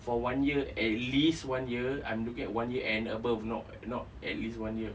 for one year at least one year I'm looking at one year and above not not at least one year